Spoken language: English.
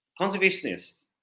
conservationists